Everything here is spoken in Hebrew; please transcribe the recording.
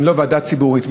אם לא ועדה ציבורית?